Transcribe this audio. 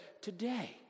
today